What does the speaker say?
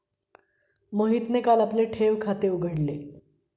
मोहितने काल आपले ठेव खाते उघडले